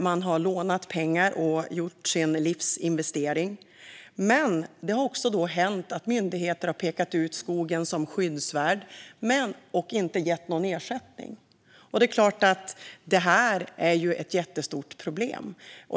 Man har lånat pengar och gjort sin livsinvestering. Men det har då också hänt att myndigheter har pekat ut skogen som skyddsvärd och inte gett någon ersättning. Det är klart att det är ett jättestort problem.